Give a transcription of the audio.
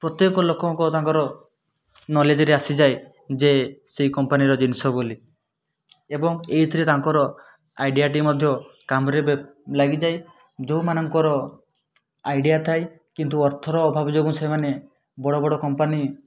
ପ୍ରତ୍ୟେକ ଲୋକଙ୍କ ତାଙ୍କର ନଲେଜ୍ରେ ଆସିଯାଏ ଯେ ସେଇ କମ୍ପାନୀର ଜିନିଷ ବୋଲି ଏବଂ ଏଇଥିରେ ତାଙ୍କର ଆଇଡ଼ିଆଟି ମଧ୍ୟ କାମରେ ଲାଗିଯାଏ ଯେଉଁମାନଙ୍କର ଆଇଡ଼ିଆ ଥାଏ କିନ୍ତୁ ଅର୍ଥର ଅଭାବ ଯୋଗୁଁ ସେମାନେ ବଡ଼ ବଡ଼ କମ୍ପାନୀ